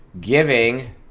giving